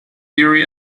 theory